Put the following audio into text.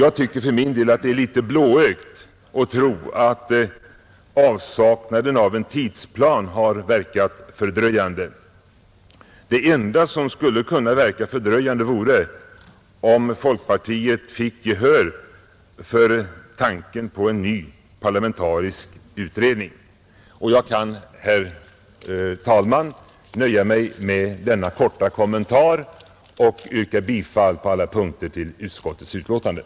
Jag tycker för min del att det är litet blåögt att tro att avsaknaden av en tidplan har verkat fördröjande. Det enda som skulle kunna verka fördröjande vore om folkpartiet fick gehör för tanken på en ny parlamentarisk utredning. Jag kan, herr talman, nöja mig med denna korta kommentar och yrkar bifall till utskottets hemställan på alla punkter.